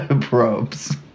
probes